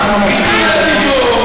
אנחנו ממשיכים.